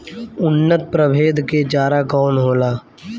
उन्नत प्रभेद के चारा कौन होला?